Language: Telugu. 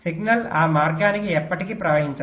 సిగ్నల్ ఆ మార్గానికి ఎప్పటికీ ప్రవహించదు